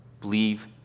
believe